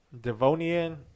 Devonian